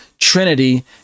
Trinity